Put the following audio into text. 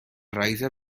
raíces